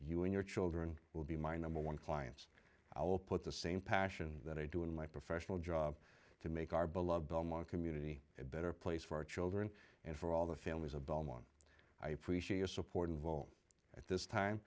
you and your children will be my number one clients i will put the same passion that i do in my professional job to make our beloved belmont community a better place for our children and for all the families of belmont i appreciate your support involved at this time